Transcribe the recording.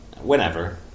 whenever